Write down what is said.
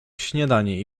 śniadanie